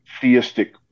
theistic